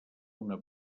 una